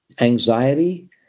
anxiety